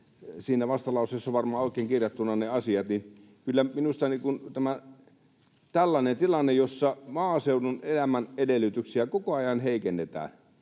siinä vastalauseessa varmaan ovatkin kirjattuna ne asiat. Kyllä minusta tämä tällainen tilanne, jossa maaseudun elämän edellytyksiä koko ajan heikennetään